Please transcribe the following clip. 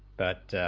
but the